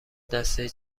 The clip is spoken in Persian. دستهای